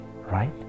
right